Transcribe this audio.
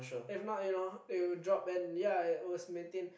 if not you know it'll drop and ya must maintain